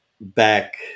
back